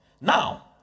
Now